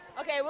okay